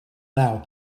now